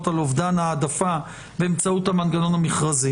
על אובדן העדפה באמצעות המנגנון המכרזי